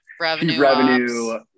revenue